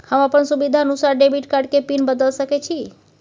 हम अपन सुविधानुसार डेबिट कार्ड के पिन बदल सके छि?